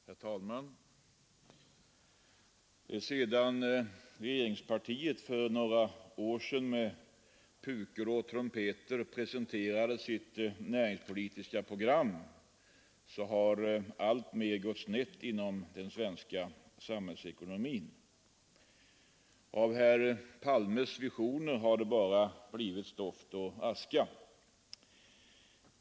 Herr talman! Sedan regeringspartiet för några år sedan med pukor och trumpeter presenterade sitt näringspolitiska program har alltmer gått snett inom den svenska samhällsekonomin. Av herr Palmes visioner har det blivit stoft och aska.